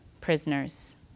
prisoners